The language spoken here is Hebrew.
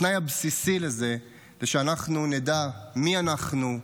התנאי הבסיסי לזה הוא שאנחנו נדע מי אנחנו,